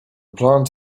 plant